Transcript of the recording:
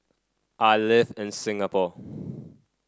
I live in Singapore